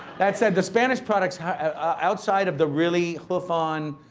that said, the spanish products outside of the really hoof on